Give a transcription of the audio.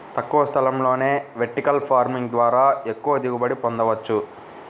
తక్కువ స్థలంలోనే vertical farming ద్వారా ఎక్కువ దిగుబడిని పొందవచ్చు